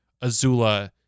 Azula